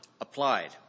applied